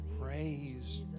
Praise